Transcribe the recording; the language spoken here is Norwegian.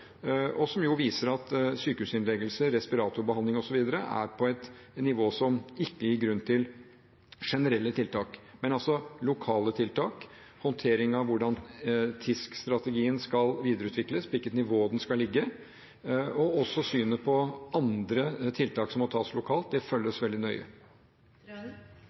som viser at sykehusinnleggelser, respiratorbehandling osv. er på et nivå som ikke gir grunn til generelle tiltak. Men lokale tiltak, håndteringen av hvordan TISK-strategien skal videreutvikles, på hvilket nivå den skal ligge, og også synet på andre tiltak som må tas lokalt, følges veldig